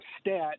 stat